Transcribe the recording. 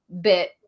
bit